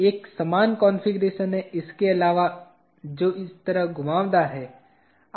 एक समान कॉन्फ़िगरेशन है इसके अलावा जो इस तरह घुमावदार है